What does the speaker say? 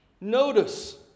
notice